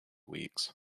weeks